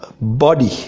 body